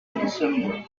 december